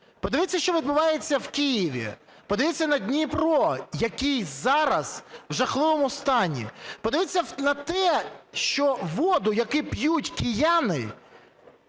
Подивіться, що відбувається в Києві, подивіться на Дніпро, який зараз в жахливому стані. Подивіться на те, що воду, яку п'ють кияни,